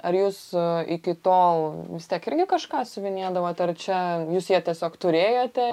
ar jūs iki tol vis tiek irgi kažką siuvinėdavo ar čia jūs ją tiesiog turėjote